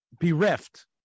bereft